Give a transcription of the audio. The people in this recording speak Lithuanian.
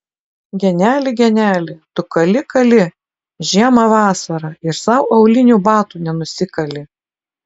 geneli geneli tu kali kali žiemą vasarą ir sau aulinių batų nenusikali